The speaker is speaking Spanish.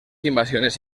invasiones